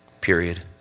period